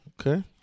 Okay